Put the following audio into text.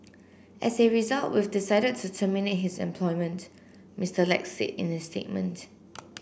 as a result we've decided to terminate his employment Mister Lack said in a statement